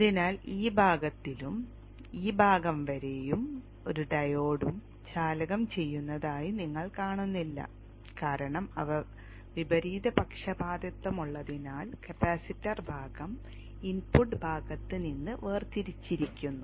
അതിനാൽ ഈ ഭാഗത്തിലും ഈ ഭാഗം വരെയും ഒരു ഡയോഡും ചാലകം ചെയ്യുന്നതായി നിങ്ങൾ കാണുന്നില്ല കാരണം അവ വിപരീത പക്ഷപാതിത്വമുള്ളതിനാൽ കപ്പാസിറ്റർ ഭാഗം ഇൻപുട്ട് ഭാഗത്ത് നിന്ന് വേർതിരിച്ചിരിക്കുന്നു